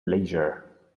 leisure